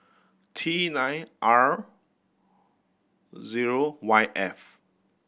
T nine R zero Y F